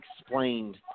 explained